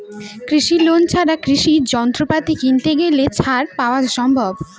কৃষি লোন ছাড়া কৃষি যন্ত্রপাতি কিনতে গেলে ছাড় পাওয়া সম্ভব?